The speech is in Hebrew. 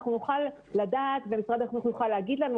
נוכל לדעת ומשרד החינוך יוכל לומר לנו,